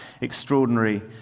extraordinary